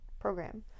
program